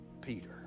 Peter